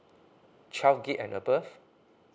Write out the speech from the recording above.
twelve gigabyte and above